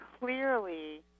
clearly